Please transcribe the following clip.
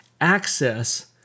access